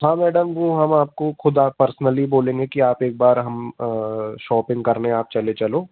हाँ मैडम वो हम आपको ख़ुद आप पर्सनली बोलेंगे कि आप एक बार हम शाॅपिंग करने आप चले चलो